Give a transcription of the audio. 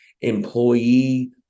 employee